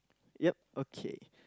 yup okay